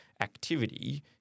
activity